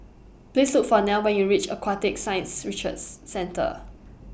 Please Look For Neil when YOU REACH Aquatic Science Research Centre